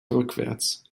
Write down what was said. rückwärts